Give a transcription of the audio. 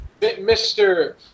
Mr